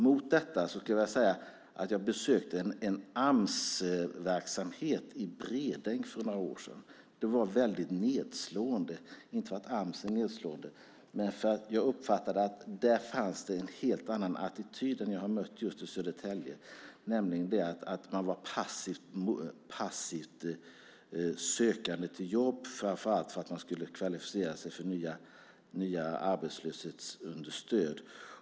Mot detta kan jag berätta att jag besökte en Amsverksamhet i Bredäng för några år sedan, ett besök som var väldigt nedslående. Det var det inte för att Ams är nedslående utan för att jag uppfattade att det där fanns en helt annan attityd än den jag mött i Södertälje. Man var passivt sökande till jobb framför allt för att man skulle kvalificera sig för nya arbetslöshetsunderstöd.